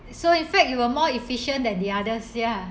so in fact you were more efficient than the others ya